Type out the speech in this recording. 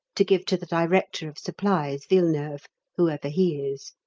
to give to the director of supplies, villeneuve, whoever he is.